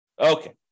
Okay